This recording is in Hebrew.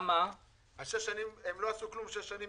הם לא עשו דבר שש שנים,